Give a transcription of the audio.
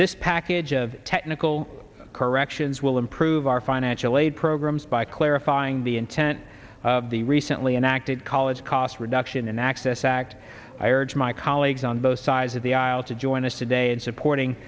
this package of technical corrections will improve our financial aid programs by clarifying the intent of the recently enacted college cost reduction and access act i urge my colleagues on both sides of the aisle to join us today in supporting